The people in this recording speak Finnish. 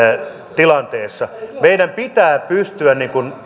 tilanteessa meidän pitää pystyä